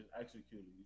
executed